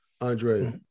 Andre